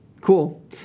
Cool